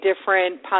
different